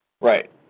Right